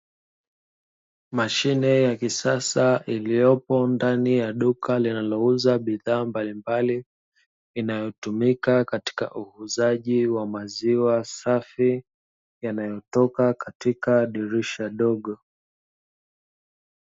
Mashine ya kisasa iliyopo ndani ya duka linalouza bidhaa mbalimbali, inayotumika katika uhuzaji wa maziwa safi yanayotoka katika dirisha dogo.